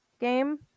game